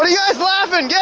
ah yeah guys laughing?